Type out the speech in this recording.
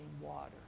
water